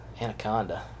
anaconda